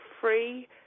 free